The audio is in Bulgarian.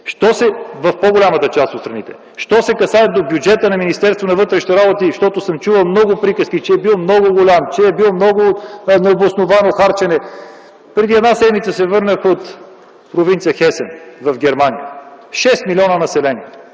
в по-голямата част от страните. Що се касае до бюджета на Министерството на вътрешните работи, защото съм чувал много приказки, че бил много голям, че било необосновано харчене. Преди една седмица се върнах от провинция Хесен, в Германия. Населението